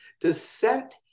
descent